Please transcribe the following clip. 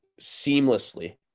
seamlessly